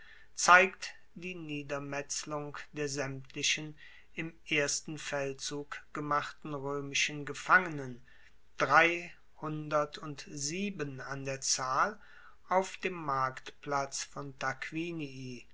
zeigt die niedermetzlung der saemtlichen im ersten feldzug gemachten roemischen gefangenen dreihundertundsieben an der zahl auf dem marktplatz von tarquinii